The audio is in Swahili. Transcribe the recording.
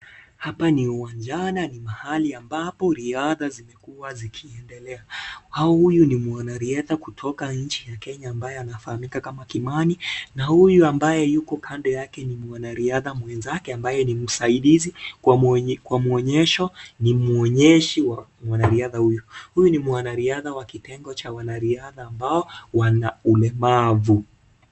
Hapa ni uwanjani, mahali ambapo riadha zimekuwa zikiendelea. Huyu ni mwanariadha kutoka nchi ya Kenya ambaye anafahamika Kama Kimani. Na huyu ambaye yuko kando yake ni mwanariadha mwenzake ambaye ni msaidizi kwa muonyesho ni muonyeshi wa mwanariadha huyu. Huyu ni mwanariadha wa kitengo cha wanariadha ambao wana ulemavu.